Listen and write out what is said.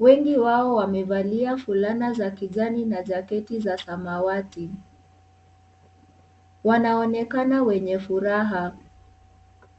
Wengi wao wamevalia fulana za kijani na jaketi za samawati. Wanaonekana wenye furaha.